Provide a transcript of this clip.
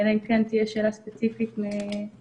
אלא אם כן תהיה שאלה ספציפית מהוועדה.